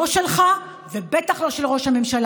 לא שלך ובטח לא של ראש הממשלה,